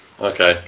Okay